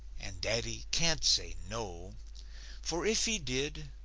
and daddy can't say no for if he did,